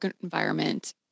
environment